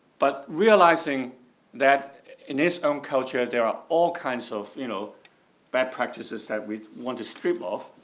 but realizing that in his own culture, there are all kinds of you know bad practices that we want to strip off,